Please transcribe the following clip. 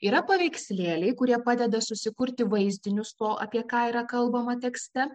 yra paveikslėliai kurie padeda susikurti vaizdinius to apie ką yra kalbama tekste